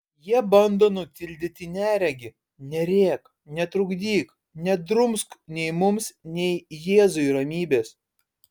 jie bando nutildyti neregį nerėk netrukdyk nedrumsk nei mums nei jėzui ramybės